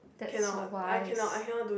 that's so wise